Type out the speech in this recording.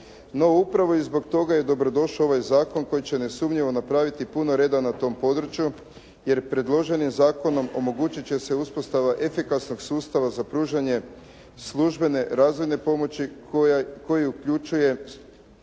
upravo i zbog toga je dobrodošao ovaj zakon koji će nesumnjivo napraviti puno reda na tom području jer predloženim zakonom omogućiti će se uspostava efikasnog sustava za pružanje službene razvojne pomoći koja uključuju